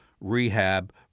rehab